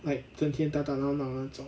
like 整天打打闹闹那种